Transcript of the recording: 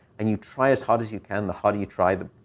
and you try as hard as you can. the harder you try, the.